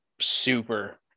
super